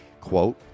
quote